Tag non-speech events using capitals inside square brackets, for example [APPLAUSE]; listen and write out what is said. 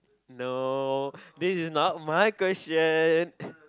no this is not my question [BREATH]